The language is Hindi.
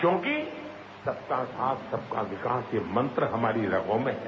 क्योंकि सबका साथ सबका विश्वास ये मंत्र हमारी रगों में हैं